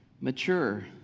mature